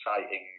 exciting